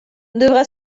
devra